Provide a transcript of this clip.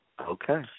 Okay